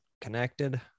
connected